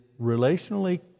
relationally